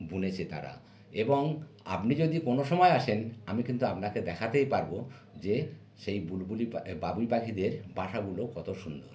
বুনেছে তারা এবং আপনি যদি কোনও সময় আসেন আমি কিন্তু আপনাকে দেখাতেই পারবো যে সেই বুলবুলি পা এই বাবুই পাখিদের বাসাগুলো কত সুন্দর